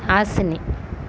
Hasini